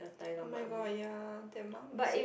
oh-my-god ya they're monks